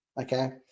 Okay